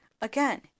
again